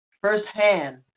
firsthand